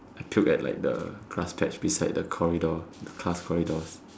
I puke at like the grass patch beside the corridor the class corridors